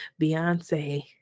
Beyonce